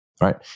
right